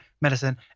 medicine